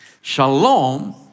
Shalom